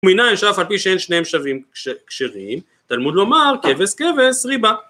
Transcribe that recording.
ומנין שאף על פי שאין שניהם שווים כשרים תלמוד לומר: "כבש" "כבש" ריבה